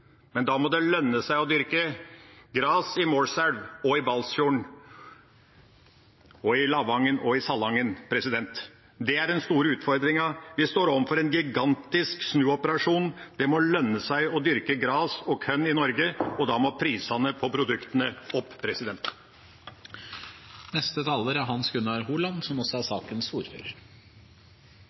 Men da må det lønne seg å dyrke gras i Målselv, i Balsfjord, i Lavangen og i Salangen. Det er den store utfordringen. Vi står overfor en gigantisk snuoperasjon. Det må lønne seg å dyrke gras og korn i Norge – og da må prisene på produktene opp. Behandlingen av dette representantforslaget viser at store deler av jordbruksnæringen er